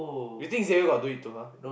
you think Jayer got doing to her